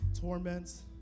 torments